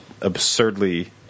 absurdly